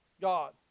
god